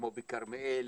כמו בכרמיאל,